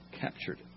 captured